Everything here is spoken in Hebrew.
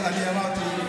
אני אמרתי,